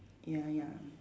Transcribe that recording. ya ya